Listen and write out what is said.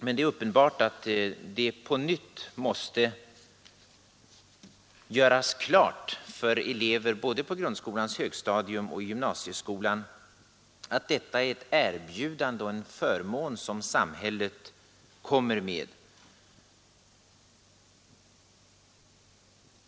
Men det är uppenbart att det på nytt måste göras klart för elever både på grundskolans högstadium och i gymnasieskolan att detta är ett erbjudande och en förmån som samhället kommer med.